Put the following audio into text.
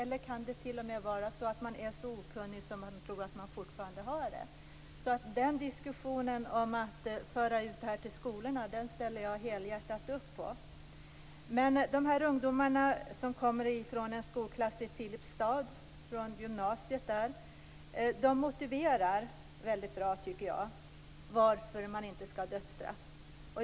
Eller kan man t.o.m. vara så okunnig att man tror att vi fortfarande har det? Diskussionen om att föra ut det här till skolorna ställer jag alltså helhjärtat upp på. De här ungdomarna, som kommer från en gymnasieklass i Filipstad, motiverar väldigt bra varför man inte skall ha dödsstraff.